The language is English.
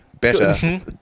Better